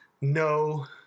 No